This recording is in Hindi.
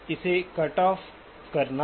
इसे कट ऑफ करना है